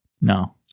No